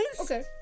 Okay